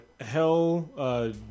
Hell